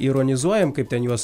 ironizuojam kaip ten juos